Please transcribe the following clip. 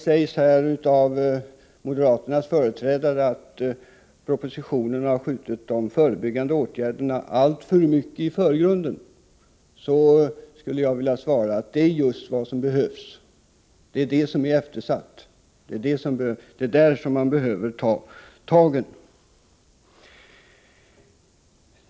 När moderaternas företrädare säger att propositionen har skjutit de förebyggande åtgärderna alltför mycket i förgrunden, skulle jag vilja svara att det är just vad som behövs. Det är sådant som är eftersatt, och det är där som man behöver göra insatser.